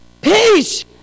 Peace